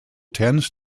tends